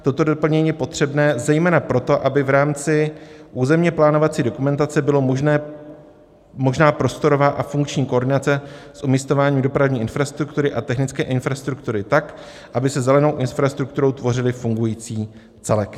Toto doplnění je potřebné zejména proto, aby v rámci územně plánovací dokumentace byla možná prostorová a funkční koordinace s umisťováním dopravní infrastruktury a technické infrastruktury tak, aby se zelenou infrastrukturou tvořily fungující celek.